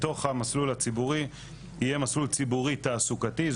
בתוך המסלול הציבורי יהיה מסלול ציבורי תעסוקתי,